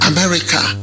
America